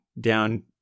down